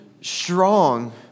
strong